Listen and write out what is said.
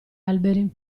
alberi